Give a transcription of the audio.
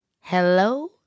Hello